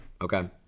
okay